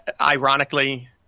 Ironically